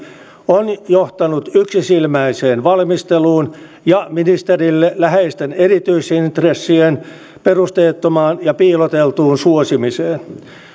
on johtanut yksisilmäiseen valmisteluun ja ministerille läheisten erityisintressien perusteettomaan ja piiloteltuun suosimiseen